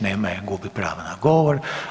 Nema je, gubi pravo na govor.